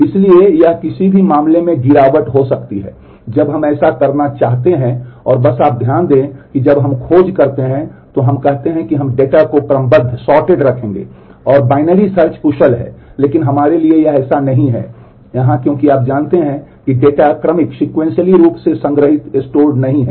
इसलिए यह किसी भी मामले में गिरावट हो सकती है जब हम ऐसा करना चाहते हैं और बस आप ध्यान दें कि जब हम खोज करते हैं तो हम कहते हैं कि हम डेटा को क्रमबद्ध के संदर्भ में है